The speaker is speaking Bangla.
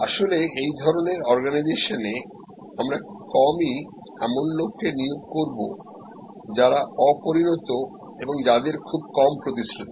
আসলে এই ধরনের অর্গানাইজেশনে আমরা খুব কমই এমন লোককে নিয়োগ করব যারা অপরিণত এবং যাদের খুব কম প্রতিশ্রুতি